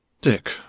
Dick